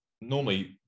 normally